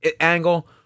angle